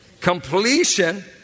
Completion